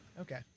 Okay